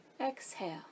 Exhale